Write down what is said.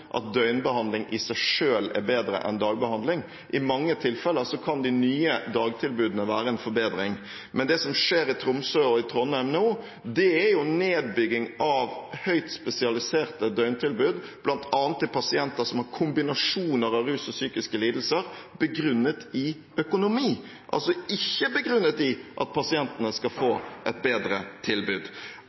at det selvfølgelig ikke er sånn at døgnbehandling i seg selv er bedre enn dagbehandling. I mange tilfeller kan de nye dagtilbudene være en forbedring. Men det som skjer i Tromsø og i Trondheim nå, er nedbygging av høyt spesialiserte døgntilbud, bl.a. til pasienter som har kombinasjoner av rus og psykiske lidelser, begrunnet i økonomi, ikke begrunnet i at pasientene skal få et bedre tilbud.